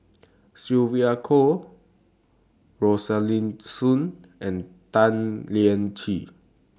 Sylvia Kho Rosaline Soon and Tan Lian Chye